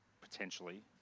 potentially